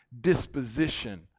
disposition